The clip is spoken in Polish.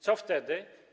Co wtedy?